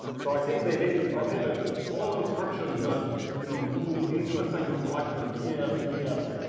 so i think they basically prohibit all instructions that you know move into a segment selector ds, yeah es,